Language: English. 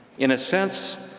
in a sense,